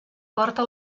porta